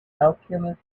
alchemist